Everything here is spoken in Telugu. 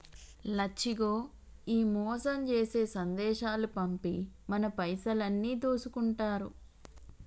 లచ్చిగో ఈ మోసం జేసే సందేశాలు పంపి మన పైసలన్నీ దోసుకుంటారు